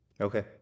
okay